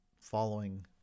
following